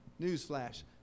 Newsflash